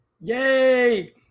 Yay